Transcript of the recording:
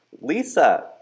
Lisa